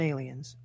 Aliens